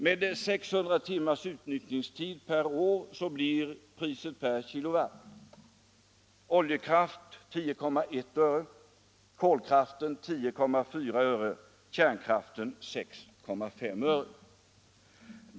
Med 6 000 timmars utnyttjningstid per år blir priset per kWh: oljekraft 10,1 öre, kolkraft 10,4 öre, kärnkraft 6,5 öre.